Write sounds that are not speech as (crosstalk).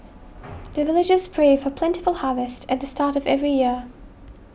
(noise) the villagers pray for plentiful harvest at the start of every year